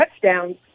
touchdowns